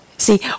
See